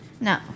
No